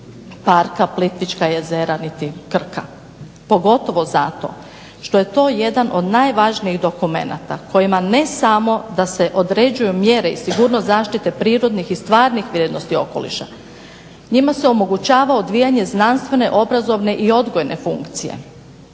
parka Plitvička jezera niti Krka, pogotovo zato što je to jedan od najvažnijih dokumenata kojima ne samo da se određuje mjere i sigurnost zaštite prirodnih i stvarnih vrijednosti okoliša njima se omogućava odvijanje znanstvene i obrazovne i odgojne funkcije,